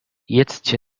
jedzcie